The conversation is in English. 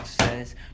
says